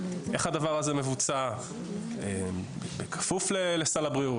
איך הדבר הזה מבוצע בכפוף לסל הבריאות,